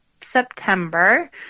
September